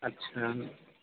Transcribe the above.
اچھا